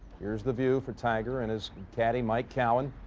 here's the view for tiger and his caddie mike cowan.